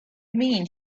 mean